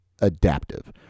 adaptive